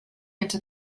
into